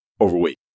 overweight